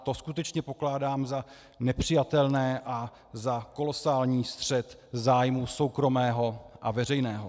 To skutečně pokládám za nepřijatelné a za kolosální střet zájmu soukromého a veřejného.